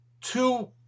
two